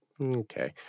Okay